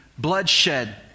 Bloodshed